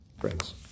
friends